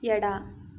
ಎಡ